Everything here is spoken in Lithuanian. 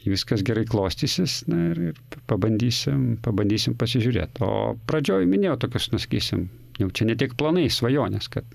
jei viskas gerai klostysis na ir ir pabandysim pabandysim pasižiūrėt o pradžioje minėjau na tokius sakysim jau čia ne tiek planai svajonės kad